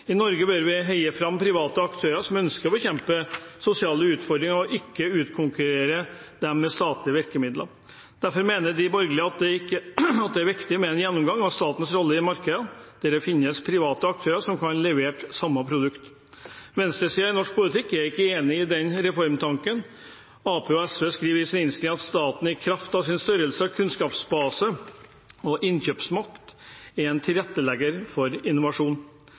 I Norge bør vi heie fram private aktører som ønsker å bekjempe sosiale utfordringer, og ikke utkonkurrere dem med statlige virkemidler. Derfor mener de borgerlige at det er viktig med en gjennomgang av statens rolle i markedene der det finnes private aktører som kan levere samme produkt. Venstresiden i norsk politikk er ikke enig i denne reformtanken. Arbeiderpartiet, Senterpartiet og SV skriver i innstillingen at staten i kraft av sin størrelse, kunnskapsbase og innkjøpsmakt er en tilrettelegger for innovasjon.